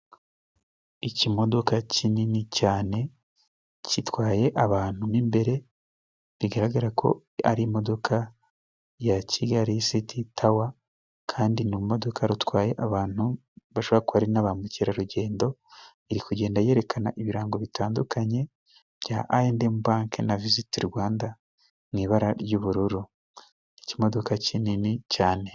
Ikimodoka kinini cyane, gitwaye abantu mo imbere, bigaragara ko ari imodoka ya Kigali siti tawa, kandi ni urumodoka rutwaye abantu bashobora kuba ari na ba mukerarugendo. Iri kugenda yerekana ibirango bitandukanye, bya ayi endi emu banki na Visiti Rwanda mu ibara ry'ubururu. Ni ikimodoka kinini cyane.